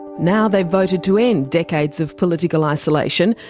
now they've voted to end decades of political isolation,